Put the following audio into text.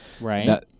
Right